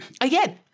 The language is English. Again